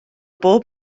bob